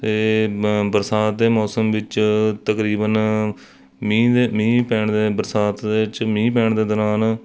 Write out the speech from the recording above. ਅਤੇ ਮ ਬਰਸਾਤ ਦੇ ਮੌਸਮ ਵਿੱਚ ਤਕਰੀਬਨ ਮੀਂਹ ਦੇ ਮੀਂਹ ਪੈਣ 'ਤੇ ਬਰਸਾਤ ਦੇ ਵਿੱਚ ਮੀਂਹ ਪੈਣ ਦੇ ਦੌਰਾਨ